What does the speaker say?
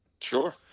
Sure